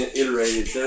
iterated